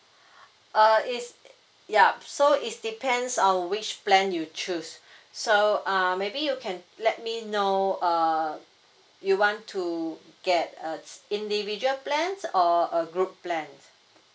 uh is yup so it's depends on which plan you choose so uh maybe you can let me know uh you want to get uh individual plans or a group plan